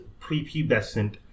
prepubescent